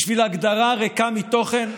בשביל הגדרה ריקה מתוכן,